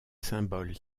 symboles